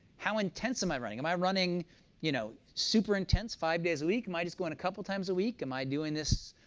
how intense am i running? am i running you know super intense, five days a week, am i just going to couple times a week? am i doing this,